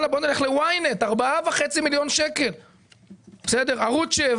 YNET 4.5 מיליון שקל; ערוץ 7